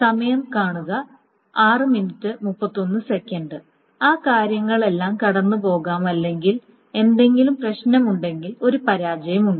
സമയം കാണുക 0631 ആ കാര്യങ്ങളെല്ലാം കടന്നുപോകാം അല്ലെങ്കിൽ എന്തെങ്കിലും പ്രശ്നമുണ്ടെങ്കിൽ ഒരു പരാജയം ഉണ്ട്